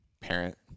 Parent